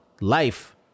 life